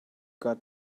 got